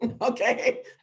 Okay